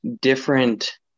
different